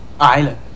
Island